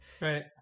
Right